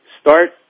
start